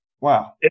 Wow